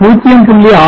நான் 0